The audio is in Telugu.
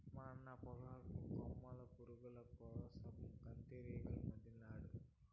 మా అన్న పొగాకు కొమ్ము పురుగుల కోసరం కందిరీగలనొదిలినాడు